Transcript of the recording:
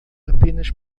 apenas